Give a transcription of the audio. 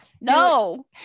no